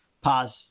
Pause